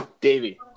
Davey